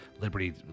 liberty